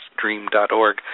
dream.org